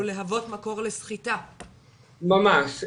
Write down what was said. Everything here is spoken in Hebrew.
ממש,